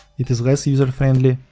it is less user-friendly,